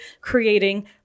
creating